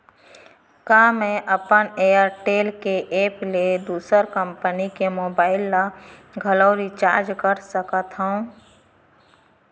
का मैं अपन एयरटेल के एप ले दूसर कंपनी के मोबाइल ला घलव रिचार्ज कर सकत हव?